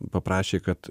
paprašė kad